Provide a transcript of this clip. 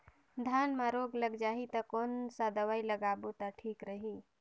धान म रोग लग जाही ता कोन सा दवाई लगाबो ता ठीक रही?